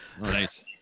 Nice